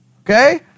Okay